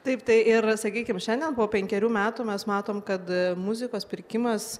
taip tai ir sakykim šiandien po penkerių metų mes matom kad muzikos pirkimas